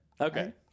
okay